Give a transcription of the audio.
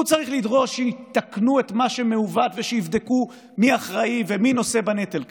הוא צריך לדרוש שיתקנו את מה שמעוות ויבדקו מי אחראי ומי נושא בנטל כאן,